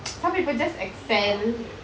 some people just excel